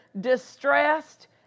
distressed